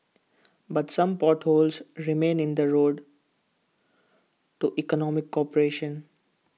but some potholes remain in the road to economic cooperation